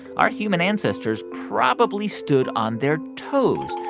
our human ancestors probably stood on their toes.